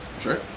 Sure